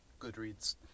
Goodreads